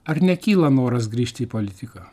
ar nekyla noras grįžti į politiką